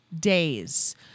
days